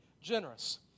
generous